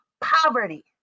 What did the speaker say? poverty